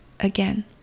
again